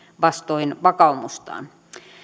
vastoin vakaumustaan